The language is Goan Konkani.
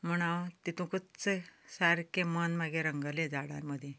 म्हूण हांव तातूंतच सारकें मन मागीर रंगयलें झाडां मदीं